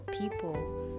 people